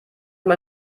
mal